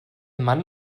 mann